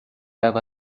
have